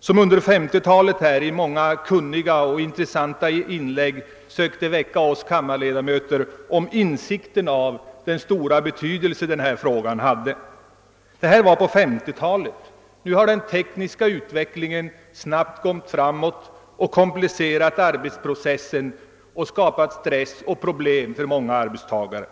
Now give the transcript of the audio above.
som under 1950-talet här i många kunniga och intressanta inlägg sökte att hos oss kammarledamöter väcka insikt om vilken stor betydelse den frågan hade. Det var som sagt på 1950-talet. Nu har den tekniska utvecklingen snabbt gått framåt och komplicerat arbetsprocessen och skapat stress och problem för många arbetstagare.